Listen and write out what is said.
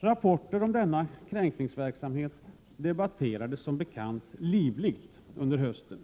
Rapporter om denna kränkningsverksamhet debatterades som bekant livligt under hösten.